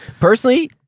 Personally